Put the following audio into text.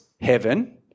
heaven